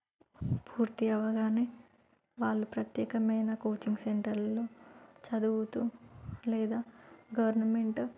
పూర్తి అవగానే వాళ్ళు ప్రత్యేకమైన కోచింగ్ సెంటర్లలో చదువుతూ లేదా గవర్నమెంట్